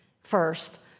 first